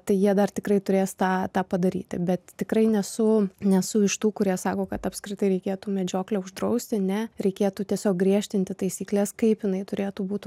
tai jie dar tikrai turės tą tą padaryti bet tikrai nesu nesu iš tų kurie sako kad apskritai reikėtų medžioklę uždrausti ne reikėtų tiesiog griežtinti taisykles kaip jinai turėtų būt